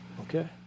Okay